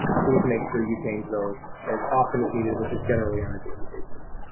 please make sure you change those as often as needed, which is generally on a daily basis.